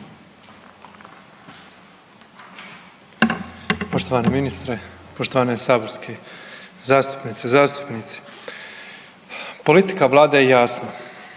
Poštovani ministre, poštovane saborske zastupnice i zastupnici. Politika vlade je jasna,